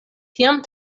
tiam